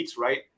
right